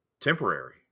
temporary